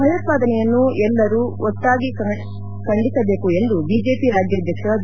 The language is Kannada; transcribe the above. ಭಯೋತ್ಪಾದನೆಯನ್ನು ಎಲ್ಲರೂ ಒಗ್ಗಟ್ಟಾಗಿ ಖಂಡಿಸಬೇಕು ಎಂದು ಬಿಜೆಪಿ ರಾಜ್ಯಾದ್ಯಕ್ಷ ಬಿ